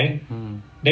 mmhmm